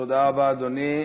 תודה רבה, אדוני.